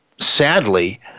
Sadly